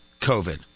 COVID